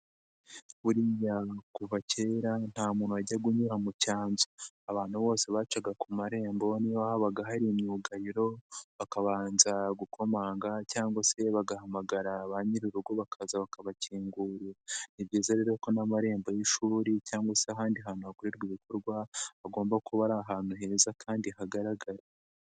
Buriya kuva kera nta muntu wajyaga unyura mu cyanzu abantu bose bacaga ku marembo niyo habaga hari imyugariro bakabanza gukomanga cyangwa se bagahamagara ba nyir'urugo bakaza bakabakingurarira. Ni byizayiza rero ko n'amarembo y'ishuri cyangwa se ahandi hantu hakorerwa ibikorwa hagomba kuba ari ahantu heza kandi hagaragara.